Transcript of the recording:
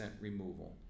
removal